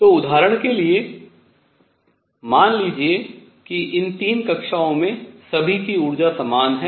तो उदाहरण के लिए मान लीजिए कि इन 3 कक्षाओं में सभी की ऊर्जाएं समान हैं